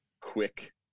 quick